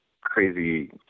crazy